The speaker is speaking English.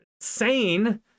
sane